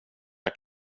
jag